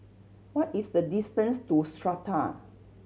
what is the distance to Strata